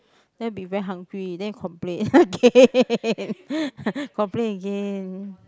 then will be very hungry then complain again complain again